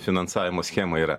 finansavimo schema yra